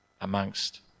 amongst